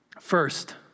First